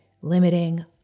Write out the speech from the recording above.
limiting